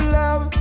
love